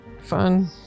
fun